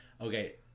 Okay